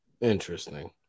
Interesting